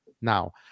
Now